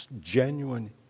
genuine